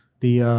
the